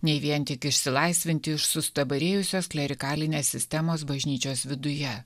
nei vien tik išsilaisvinti iš sustabarėjusios klerikalinės sistemos bažnyčios viduje